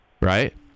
right